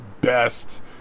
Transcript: best